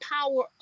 power